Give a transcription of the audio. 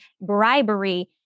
bribery